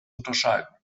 unterscheiden